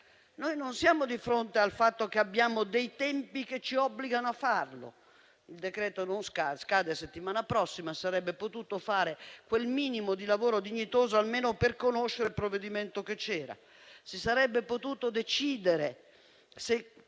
Noi non siamo di fronte al fatto che abbiamo tempi che ci obbligano a farlo; il decreto-legge scade la settimana prossima, quindi si sarebbe potuto fare quel minimo di lavoro dignitoso almeno per conoscere il provvedimento.